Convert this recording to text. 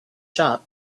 shop